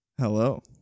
Hello